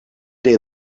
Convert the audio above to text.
day